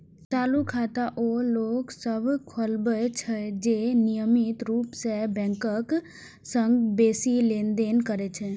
चालू खाता ओ लोक सभ खोलबै छै, जे नियमित रूप सं बैंकक संग बेसी लेनदेन करै छै